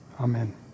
Amen